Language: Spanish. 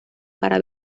para